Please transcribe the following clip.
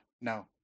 no